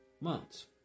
months